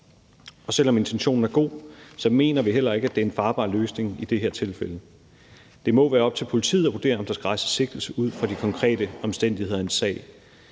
og selv om intentionen er god, mener vi ikke, at det er en farbar løsning i det her tilfælde. Det må være op til politiet at vurdere, om der skal rejses sigtelse, ud fra de konkrete omstændigheder i